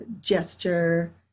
gesture